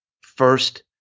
first